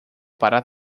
para